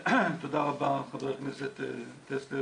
תודה רבה חבר הכנסת טסלר,